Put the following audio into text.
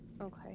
Okay